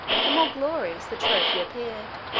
the more glorious the trophy appeared.